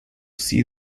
see